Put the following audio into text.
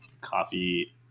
coffee